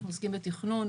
אנחנו עוסקים בתכנון.